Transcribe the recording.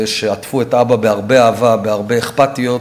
שעטפו את אבא בהרבה אהבה, בהרבה אכפתיות,